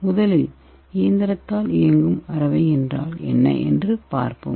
முதலில் இயந்திரத்தால் இயங்கும் அரைவை என்றால் என்ன என்று பார்ப்போம்